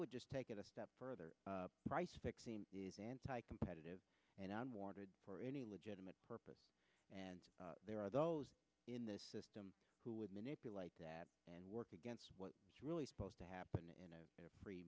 would just take it a step further price fixing is anti competitive and on wanted for any legitimate purpose and there are those in the system who would manipulate that and work against what is really supposed to happen in a free